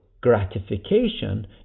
gratification